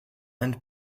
and